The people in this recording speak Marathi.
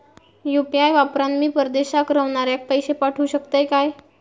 यू.पी.आय वापरान मी परदेशाक रव्हनाऱ्याक पैशे पाठवु शकतय काय?